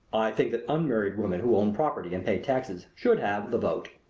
think that unmarried women who own property and pay taxes should have the vote.